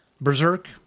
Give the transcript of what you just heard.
berserk